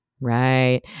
Right